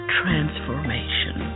transformation